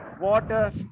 water